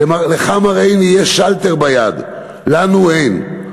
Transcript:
לך, מר עיני, יש שלטר ביד, לנו אין.